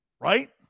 Right